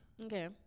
Okay